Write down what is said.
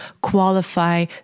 qualify